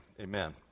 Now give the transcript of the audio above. Amen